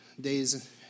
days